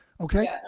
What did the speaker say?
okay